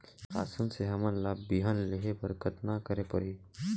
शासन से हमन ला बिहान लेहे बर कतना करे परही?